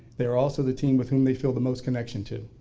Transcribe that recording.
they're also the team with whom they feel the most connection to.